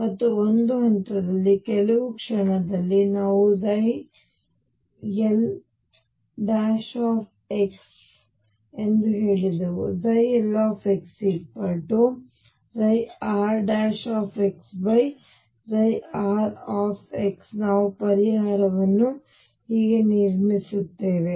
ಮತ್ತು ಒಂದು ಹಂತದಲ್ಲಿ ಕೆಲವು ಕ್ಷಣದಲ್ಲಿ ನಾವು l l ಎಂದು ಹೇಳಿದೆವು l rr ನಾವು ಪರಿಹಾರವನ್ನು ಹೀಗೆ ನಿರ್ಮಿಸುತ್ತೇವೆ